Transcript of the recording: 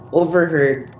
overheard